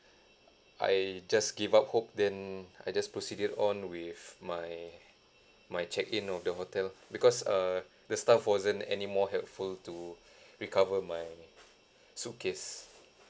I just give up hope then I just proceeded on with my my check in of the hotel because err the staff wasn't any more helpful to recover my suitcase